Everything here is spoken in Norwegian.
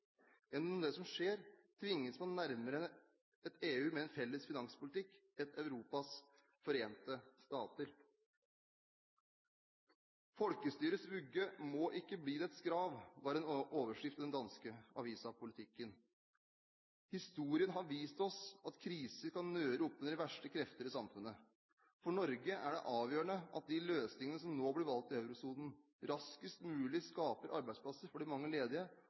Gjennom det som skjer, tvinges man nærmere et EU med en felles finanspolitikk – et Europas forente stater. Folkestyrets vugge må ikke bli dets grav, var en overskrift i den danske avisen Politiken. Historien har vist oss at kriser kan nøre opp under de verste krefter i samfunnet. For Norge er det avgjørende at de løsningene som nå blir valgt i eurosonen, raskest mulig skaper arbeidsplasser for de mange ledige,